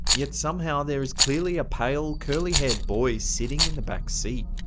yet somehow there is clearly a pale, curly haired boy sitting in the backseat.